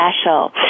special